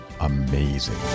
amazing